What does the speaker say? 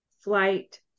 flight